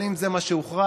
אבל אם זה מה שהוכרע,